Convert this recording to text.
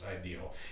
ideal